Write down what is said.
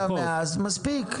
טוב, אז אם זה משתמע אז מספיק.